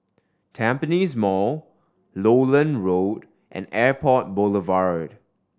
Tampines Mall Lowland Road and Airport Boulevard